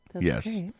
Yes